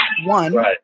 one